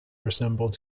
resembled